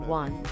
one